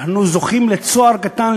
אנחנו זוכים לצוהר קטן,